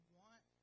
want